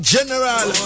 General